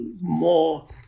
more